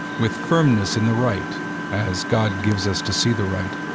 with firmness in the right as god gives us to see the right,